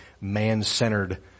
man-centered